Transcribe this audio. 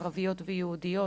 ערביות ויהודיות,